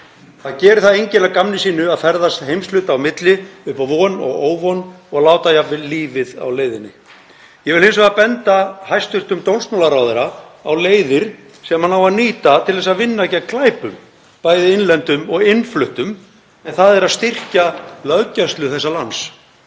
Það gerir það enginn að gamni sínu að ferðast heimshluta á milli upp á von og óvon og láta jafnvel lífið á leiðinni. Ég vil hins vegar benda hæstv. dómsmálaráðherra á leiðir sem hann á að nýta til þess að vinna gegn glæpum, bæði innlendum og innfluttum, en það er að styrkja löggæslu þessa lands.